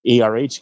ERH